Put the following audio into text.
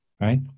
right